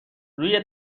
روی